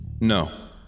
No